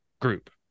group